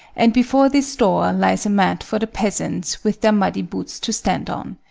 and before this door lies a mat for the peasants with their muddy boots to stand on.